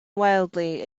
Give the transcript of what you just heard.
wildly